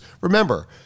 remember